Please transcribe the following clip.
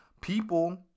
People